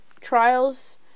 trials